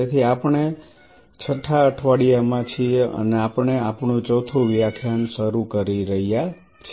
તેથી આપણે 6 અઠવાડિયામાં છીએ અને આપણે આપણું ચોથું વ્યાખ્યાન શરૂ કરી રહ્યા છીએ